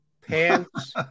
pants